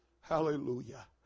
Hallelujah